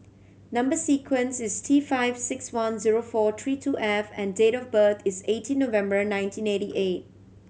number sequence is T five six one zero four three two F and date of birth is eighteen November nineteen ninety eight